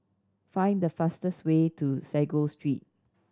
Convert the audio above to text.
find the fastest way to Sago Street